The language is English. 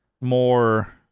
More